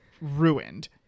ruined